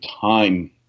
time